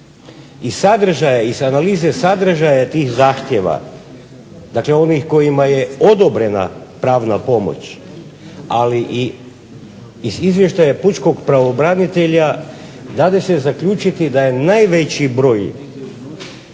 iz analize sadržaja tih zahtjeva, dakle onih kojima je odobrena pravna pomoć, ali i iz izvještaja pučkog pravobranitelja dade se zaključiti da je najveći broj